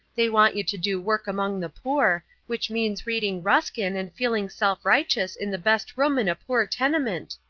they want you to do work among the poor which means reading ruskin and feeling self-righteous in the best room in a poor tenement.